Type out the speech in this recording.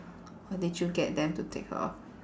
how did you get them to take her off